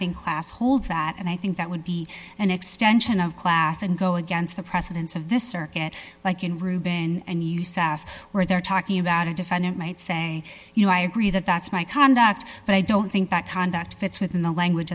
think class holds that and i think that would be an extension of class and go against the precedents of this circuit like in rubin and you sat where they're talking about a defendant might saying you know i agree that that's my conduct but i don't think that conduct fits within the language